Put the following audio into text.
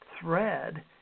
thread